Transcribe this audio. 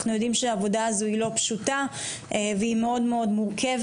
אנחנו יודעים שהעבודה הזו היא לא פשוטה והיא מאוד מאוד מורכבת.